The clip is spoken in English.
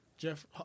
Jeff